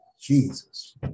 Jesus